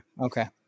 okay